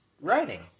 writing